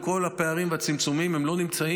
עם כל הפערים והצמצומים, הם לא נמצאים.